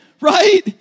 right